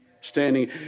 standing